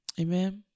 Amen